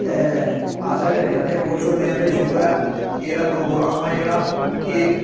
ते अस इन्ने खुश होन्ने आं भाई शुकर ऐ एह् जेह्ड़ा प्रोग्राम ऐ जेह्ड़ा एह्